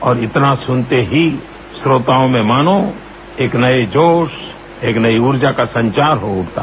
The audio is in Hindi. और इतना सुनते ही श्रोताओं में मानो एक नए जोश एक नई ऊर्जा का संचार हो उठता